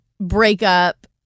breakup